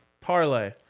Parlay